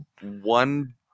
One